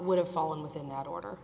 would have fallen within the order